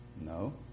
No